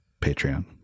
Patreon